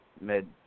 mid